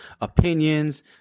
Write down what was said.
opinions